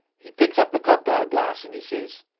he picks up the cocktail glass and he says,